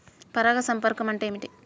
పరాగ సంపర్కం అంటే ఏమిటి?